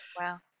wow